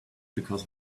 because